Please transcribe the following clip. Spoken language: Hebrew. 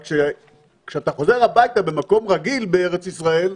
רק כשאתה חוזר הביתה במקום רגיל בארץ ישראל,